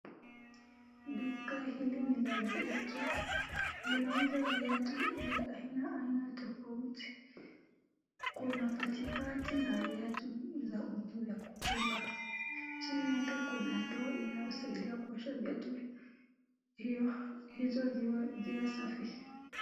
Duka hili ni la viatu. Linauza viatu vya aina aina tofauti. Kuna patipati na viatu vya kufunga. Chini yake kuna ndoo inayosaidia kuosho viatu hizo ziwe safi.